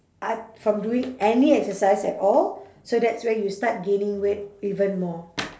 ot~ from doing any exercise at all so that's where you start gaining weight even more